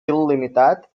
il·limitat